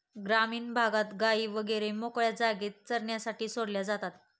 ग्रामीण भागात गायी वगैरे मोकळ्या जागेत चरण्यासाठी सोडल्या जातात